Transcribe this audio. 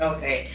Okay